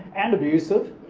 and abusive,